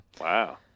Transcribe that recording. Wow